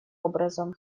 образом